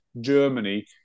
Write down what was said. Germany